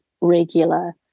regular